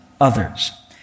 others